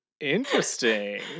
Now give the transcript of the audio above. interesting